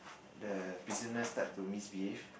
the prisoners start to misbehave